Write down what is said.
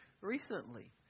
recently